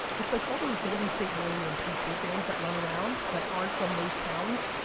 it's like all those golden state warrior and patriot bands that run around, that aren't from those towns,